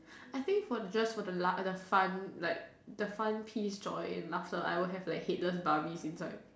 I think for just for the laugh the fun like the fun piece joy and laughter I will have like headless barbie inside